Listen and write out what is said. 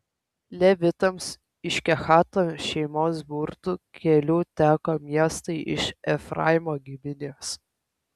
levitams iš kehato šeimos burtų keliu teko miestai iš efraimo giminės